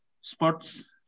sports